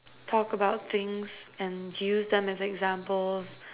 talk about things and use them as examples